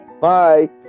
Bye